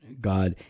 god